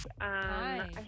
Hi